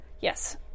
Yes